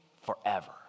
forever